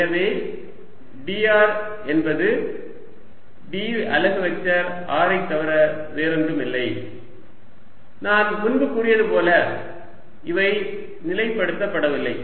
எனவே dr என்பது d அலகு வெக்டர் r ஐத் தவிர வேறொன்றுமில்லை நான் முன்பு கூறியதுபோல இவை நிலைப்படுத்த படவில்லை